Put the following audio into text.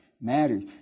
matters